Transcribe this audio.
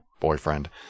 Boyfriend